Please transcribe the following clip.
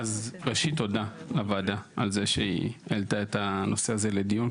אז ראשית תודה לוועדה על זה שהיא העלתה את הנושא הזה לדיון,